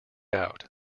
out